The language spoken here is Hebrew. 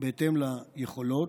בהתאם ליכולות,